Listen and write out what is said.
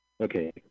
Okay